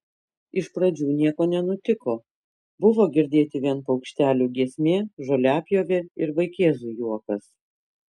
iš pradžių nieko nenutiko buvo girdėti vien paukštelių giesmė žoliapjovė ir vaikėzų juokas